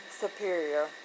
superior